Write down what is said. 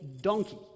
donkey